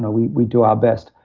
ah we we do our best,